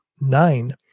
Nine